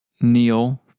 kneel